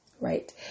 right